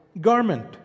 garment